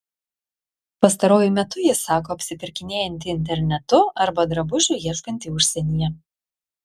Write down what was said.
pastaruoju metu ji sako apsipirkinėjanti internetu arba drabužių ieškanti užsienyje